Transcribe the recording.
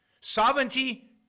Sovereignty